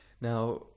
Now